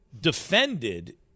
defended